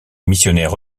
missionnaires